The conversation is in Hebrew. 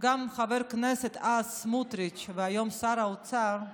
גם חבר הכנסת אז סמוטריץ', היום שר האוצר,